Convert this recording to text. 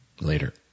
Later